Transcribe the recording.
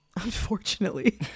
unfortunately